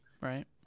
right